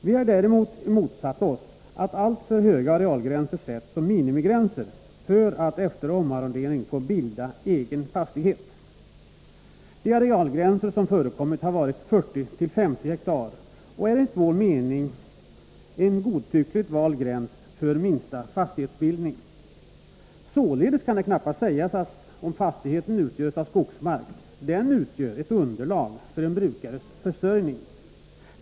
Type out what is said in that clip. Vi har däremot motsatt oss att alltför stora arealer sätts som minimigränser för att efter omarronderingen få bilda egen fastighet. De arealgränser som förekommit har varit 40-50 hektar och utgör enligt vårt förmenande en godtyckligt vald gränsdragning för minsta fastighetsbildning. Således kan det knappast sägas att om fastigheten utgörs av skogsmark utgör den ett underlag för en brukares försörjning.